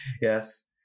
Yes